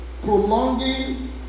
prolonging